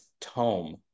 tome